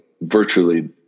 virtually